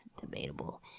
Debatable